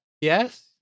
Yes